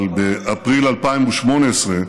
אבל באפריל 2018,